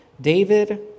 david